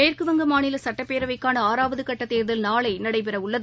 மேற்குவங்க மாநில சட்டப்பேரவைக்கான ஆறாவது கட்ட தேர்தல் நாளை நடைபெறவுள்ளது